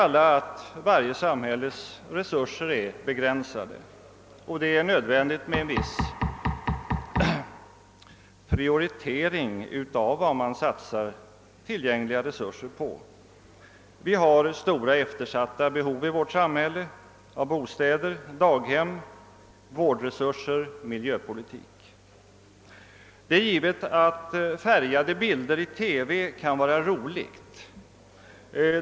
Alla vet att varje samhälles resurser är begränsade och att det är nödvändigt med en viss prioritering vid satsningen av tillgängliga resurser. Vi har stora eftersatta behov i vårt samhälle av bostäder, daghem, vårdresurser och inom miljöpolitiken. Det är givet att färgade bilder i TV kan vara roligt att titta på.